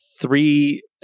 three